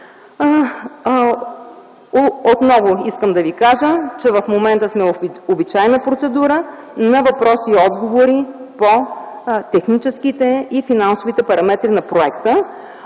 Отново искам да Ви кажа, че в момента сме в обичайна процедура на въпроси и отговори по техническите и финансовите параметри на проекта.